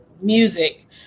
music